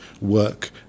work